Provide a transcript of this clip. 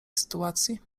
sytuacji